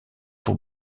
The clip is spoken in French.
tour